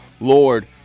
Lord